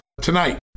tonight